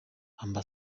amb